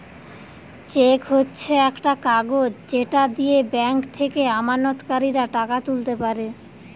check হচ্ছে একটা কাগজ যেটা দিয়ে ব্যাংক থেকে আমানতকারীরা টাকা তুলতে পারে